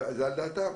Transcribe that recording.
זה על דעתם.